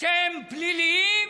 שהם פליליים,